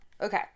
Okay